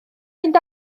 mynd